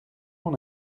mon